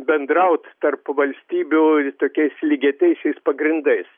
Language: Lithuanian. bendraut tarp valstybių tokiais lygiateisiais pagrindais